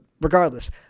regardless